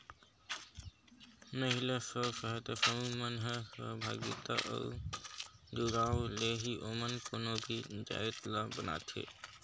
महिला स्व सहायता समूह मन ह सहभागिता अउ जुड़ाव ले ही ओमन कोनो भी जाएत ल बनाथे